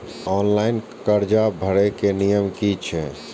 Online कर्जा भरे के नियम की छे?